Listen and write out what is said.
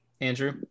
andrew